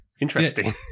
Interesting